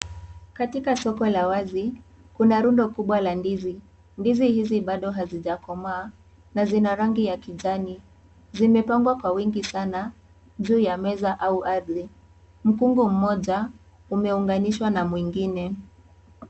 Katika soko la wazi, kuna lundo kubwa la ndizi. Ndizi hizi bado hazijakomaa, na zina rangi ya kijani. Zimepangwa kwa wingi sana juu ya meza au ardhi. Mkungu mmoja, umeunganishwa na mwingine.